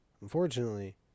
unfortunately